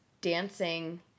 dancing